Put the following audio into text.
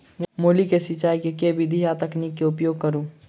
मूली केँ सिचाई केँ के विधि आ तकनीक केँ उपयोग करू?